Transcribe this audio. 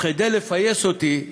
כדי לפייס אותי",